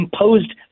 imposed